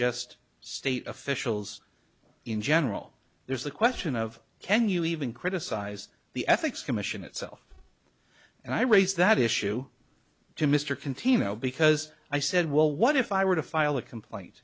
just state officials in general there's the question of can you even criticize the ethics commission itself and i raise that issue to mr continuo because i said well what if i were to file a complaint